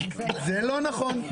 זה לא נכון.